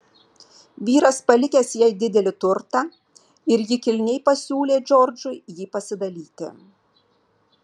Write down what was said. vyras palikęs jai didelį turtą ir ji kilniai pasiūlė džordžui jį pasidalyti